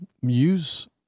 use